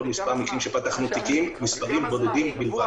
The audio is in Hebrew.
ועוד מספר מקרים שפתחנו תיקים מספרים בודדים בלבד.